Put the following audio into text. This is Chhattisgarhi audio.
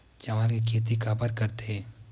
चावल के खेती काबर करथे?